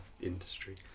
industry